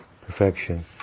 perfection